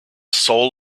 soul